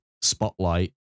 spotlight